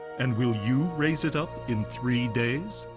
and will you raise it up in three days?